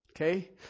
Okay